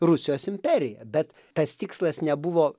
rusijos imperija bet tas tikslas nebuvo